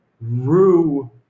rue